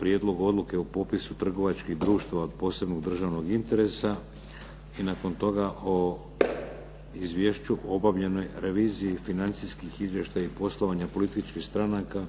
Prijedlogu odluke o popisu trgovačkih društava od posebnog državnog interesa, i nakon toga o izvješću o obavljenoj reviziji financijskih izvještaja i poslovanja političkih stranaka